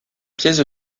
pièces